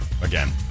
again